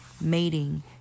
mating